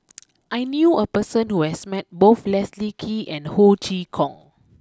I knew a person who has met both Leslie Kee and Ho Chee Kong